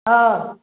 हाँ